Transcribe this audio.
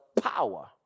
power